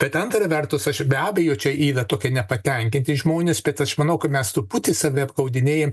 bet antra vertus aš be abejo čia yra tokie nepatenkinti žmonės bet aš manau kad mes truputį save apgaudinėjam